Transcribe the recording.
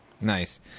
Nice